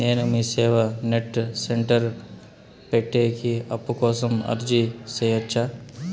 నేను MeeSeva net centre పెట్టేకి అప్పు కోసం అర్జీ సేయొచ్చా?